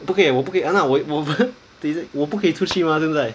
不可以我不可以我不可以出去嘛对不对